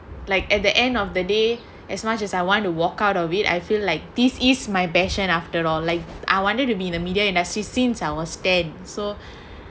like at the end of the day as much as I want to walk out of it I feel like this is my passion after all like I wanted to be in the media industry since I was ten so